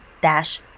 dash